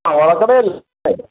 വള കടയല്ലേ